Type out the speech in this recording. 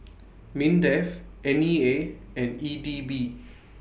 Mindef N E A and E D B